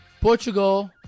Portugal